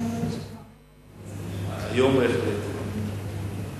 לסדר-היום מס' 1442,